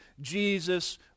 Jesus